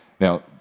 Now